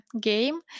game